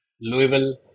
Louisville